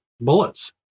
bullets